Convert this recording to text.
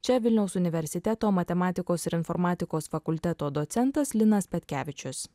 čia vilniaus universiteto matematikos ir informatikos fakulteto docentas linas petkevičius